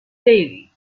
daley